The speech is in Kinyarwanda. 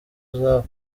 izabo